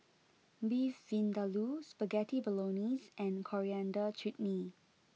Beef Vindaloo Spaghetti Bolognese and Coriander Chutney